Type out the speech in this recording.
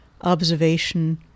observation